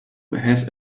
has